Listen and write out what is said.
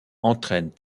entraîne